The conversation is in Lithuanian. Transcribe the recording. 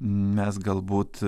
mes galbūt